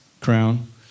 crown